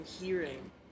hearing